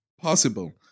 possible